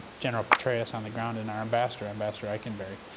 general petraeus on the ground, and our ambassador, ambassador eikenberry,